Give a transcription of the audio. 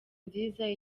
nziza